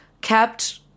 kept